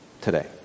today